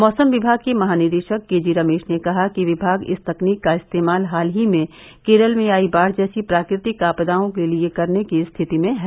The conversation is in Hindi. मौसम विभाग के महानिदेशक केजी रमेश ने कहा कि विभाग इस तकनीक का इस्तेमाल हाल ही में केरल में आई बाढ़ जैसी प्राकृतिक आपदाओं के लिए करने की स्थिति में है